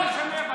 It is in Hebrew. לא יודע.